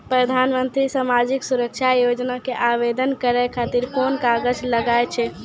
प्रधानमंत्री समाजिक सुरक्षा योजना के आवेदन करै खातिर कोन कागज लागै छै?